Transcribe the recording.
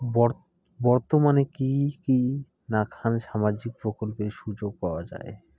বর্তমানে কি কি নাখান সামাজিক প্রকল্পের সুযোগ পাওয়া যায়?